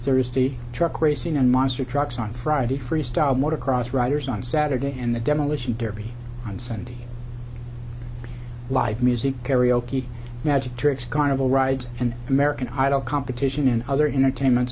thursday truck racing and monster trucks on friday freestyle motor cross riders on saturday and the demolition derby on sunday live music karaoke magic tricks carnival rides and american idol competition and other entertainment